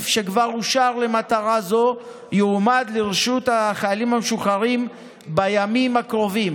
שכבר אושר למטרה זו יועמד לרשות החיילים המשוחררים בימים הקרובים.